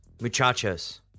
muchachos